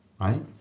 right